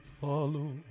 follow